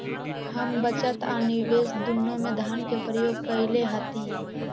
हम बचत आ निवेश दुन्नों में धन के प्रयोग कयले हती